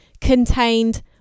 contained